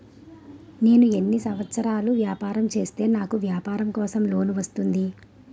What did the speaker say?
నేను ఎన్ని సంవత్సరాలు వ్యాపారం చేస్తే నాకు వ్యాపారం కోసం లోన్ వస్తుంది?